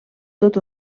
tot